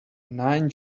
nine